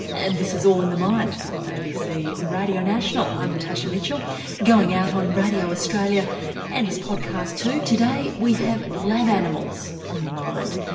and this is all in the mind on abc radio national, i'm natasha mitchell going out on radio australia and as podcast too. today we have lab animals on the mind.